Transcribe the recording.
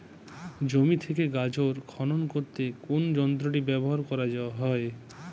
জমি থেকে গাজর খনন করতে কোন যন্ত্রটি ব্যবহার করা হয়?